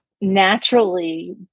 naturally